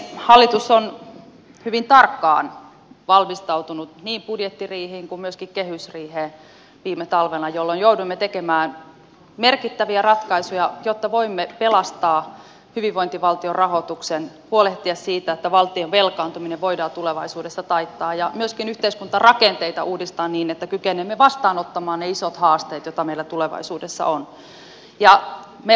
hallitus on hyvin tarkkaan valmistautunut niin budjettiriihiin kuin myöskin kehysriiheen viime talvena jolloin jouduimme tekemään merkittäviä ratkaisuja jotta voimme pelastaa hyvinvointivaltion rahoituksen huolehtia siitä että valtion velkaantuminen voidaan tulevaisuudessa taittaa ja myöskin yhteiskuntarakenteita uudistaa niin että kykenemme vastaanottamaan ne isot haasteet joita meillä tulevaisuudessa on